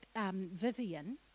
Vivian